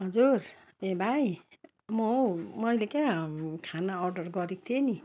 हजुर ए भाइ म हौ मैले क्या खाना अर्डर गरेको थिएँ नि